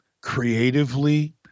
creatively